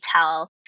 tell